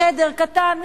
בחדר קטן,